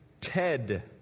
Ted